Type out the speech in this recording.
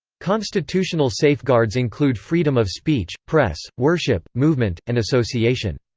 constitutional safeguards include freedom of speech, press, worship, movement, and association.